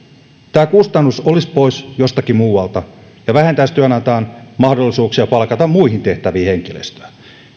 tämä kustannus olisi pois jostakin muualta ja vähentäisi työnantajan mahdollisuuksia palkata muihin tehtäviin henkilöstöä